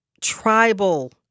tribal